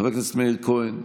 חבר הכנסת מאיר כהן,